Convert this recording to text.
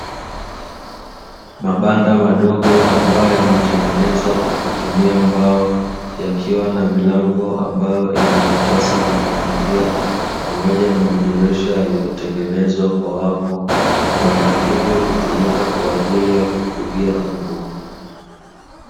Mabanda madogo ambayo yametengenezwa kwa kutumia mbao yakiwa na milango ambayo ina vitasa vya kufungia pamoja na madirisha yaliyotengenezwa kwa wavu, vibanda hivyo hutumika kwa ajili ya kufugia mbwa.